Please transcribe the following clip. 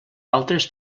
altres